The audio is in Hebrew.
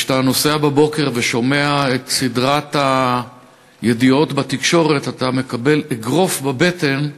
כשאתה נוסע בבוקר ושומע את סדרת הידיעות בתקשורת אתה מקבל אגרוף בבטן,